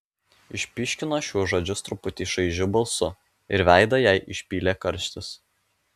išpyškino šiuos žodžius truputį šaižiu balsu ir veidą jai išpylė karštis